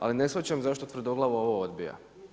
Ali ne shvaćam zašto tvrdoglavo ovo odbija.